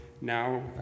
Now